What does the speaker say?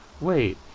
Wait